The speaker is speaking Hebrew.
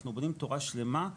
אנחנו בונים תורה שלמה,